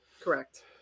Correct